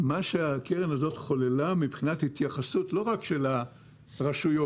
מה שהקרן הזאת חוללה מבחינת התייחסות לא רק של הרשויות,